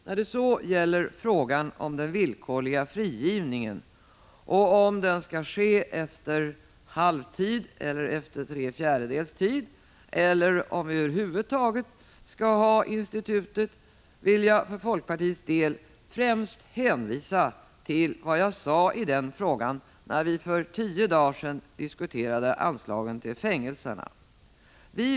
När det gäller frågan om den villkorliga frigivningen och om den skall ske efter halvtid, efter tre fjärdedels tid eller om vi över huvud taget skall ha det institutet, vill jag för folkpartiets del främst hänvisa till vad jag sade i den frågan när vi för tio dagar sedan diskuterade anslagen till fängelserna.